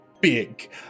big